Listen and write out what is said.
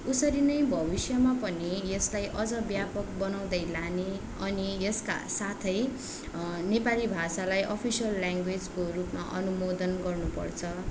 उसरी नै भविष्यमा पनि यसलाई अझ व्यापक बनाउँदै लाने अनि यसका साथै नेपाली भाषालाई अफिसियल ल्याङ्ग्वेजको रूपमा अनुमोदन गर्नुपर्छ